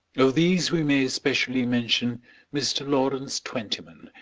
of these we may specially mention mr. lawrence twentyman,